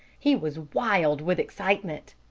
he was wild with excitement.